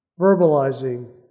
Verbalizing